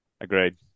Agreed